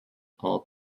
all